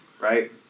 right